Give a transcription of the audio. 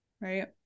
Right